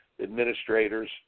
administrators